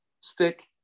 stick